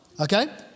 okay